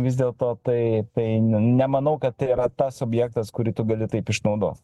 vis dėlto tai tai nemanau kad tai yra tas objektas kurį tu gali taip išnaudot